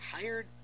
hired